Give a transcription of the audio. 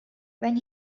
when